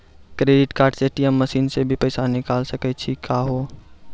Credit card से ATM machine से भी पैसा निकल सकै छि का हो?